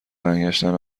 برگشتن